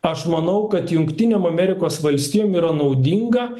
aš manau kad jungtinėm amerikos valstijom yra naudinga